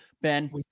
ben